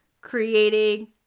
creating